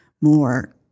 more